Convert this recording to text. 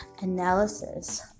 analysis